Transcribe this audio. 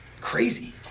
crazy